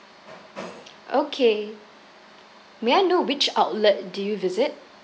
okay may I know which outlet did you visit